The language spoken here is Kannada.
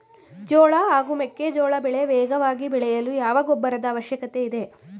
ಜೋಳ ಹಾಗೂ ಮೆಕ್ಕೆಜೋಳ ಬೆಳೆ ವೇಗವಾಗಿ ಬೆಳೆಯಲು ಯಾವ ಗೊಬ್ಬರದ ಅವಶ್ಯಕತೆ ಇದೆ?